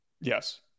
Yes